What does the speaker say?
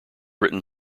written